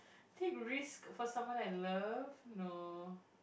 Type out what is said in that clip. take risk for someone I loved no